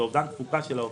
זה אובדן תפוקה של העובדים.